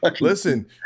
listen